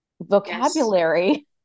vocabulary